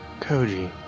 Koji